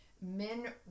men